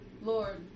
Lord